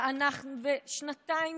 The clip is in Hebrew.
ושנתיים